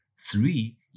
three